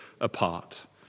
apart